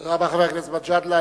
תודה רבה, חבר הכנסת מג'אדלה.